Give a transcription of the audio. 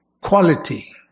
quality